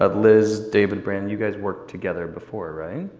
ah liz, david, brannon, you guys worked together before right?